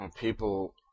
People